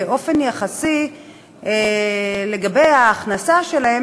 באופן יחסי להכנסה שלהן,